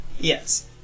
Yes